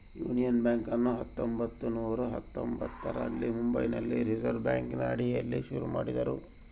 union ಬ್ಯಾಂಕನ್ನು ಹತ್ತೊಂಭತ್ತು ನೂರ ಹತ್ತೊಂಭತ್ತರಲ್ಲಿ ಮುಂಬೈನಲ್ಲಿ ರಿಸೆರ್ವೆ ಬ್ಯಾಂಕಿನ ಅಡಿಯಲ್ಲಿ ಶುರು ಮಾಡಿದರು